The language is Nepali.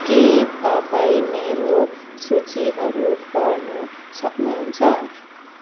के तपाईँ मेरो सूचीहरू पढ्नु सक्नुहुन्छ